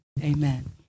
amen